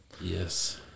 yes